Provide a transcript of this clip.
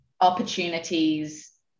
opportunities